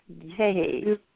Yay